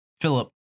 Philip